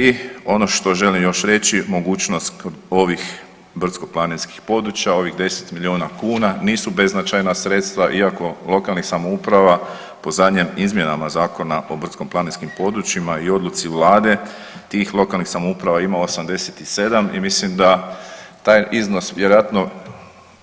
I ono što želim još reći, mogućnost ovih brdsko-planinskih područja ovih 10 milijuna kuna nisu beznačajna sredstva iako lokalnih samouprava po zadnjim izmjenama Zakona o brdsko-planinskim područjima i odluci Vlade tih lokalnih samouprava ima 87 i mislim da taj iznos vjerojatno